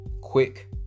quick